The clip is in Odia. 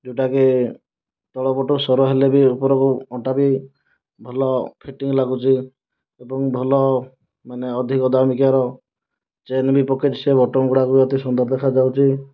ଯେଉଁଟାକି ତଳପଟୁ ସରୁଆ ହେଲେ ବି ଉପର ପଟବି ଭଲ ଫିଟିଙ୍ଗ ଲାଗୁଛି ଏବଂ ଭଲ ମାନେ ଅଧିକ ଦାମିକାର ଚେନ ବି ପକେଇଛି ସେ ବଟନ ଗୁଡ଼ାକ ଅତି ସୁନ୍ଦର ଦେଖାଯାଉଛି